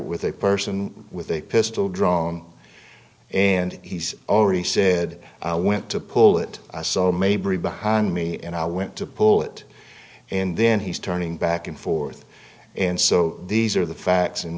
with a person with a pistol drawn and he's already said i went to pull it so maybe behind me and i went to pull it and then he's turning back and forth and so these are the facts